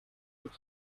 but